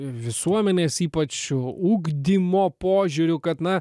visuomenės ypač ugdymo požiūriu kad na